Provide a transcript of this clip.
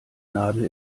nadel